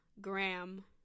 Graham